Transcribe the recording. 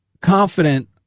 confident